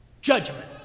Judgment